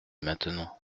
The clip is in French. maintenant